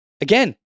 again